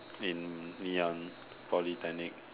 in Ngee Ann Polytechnic